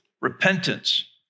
Repentance